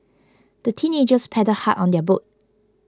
the teenagers paddled hard on their boat